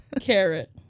carrot